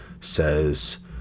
says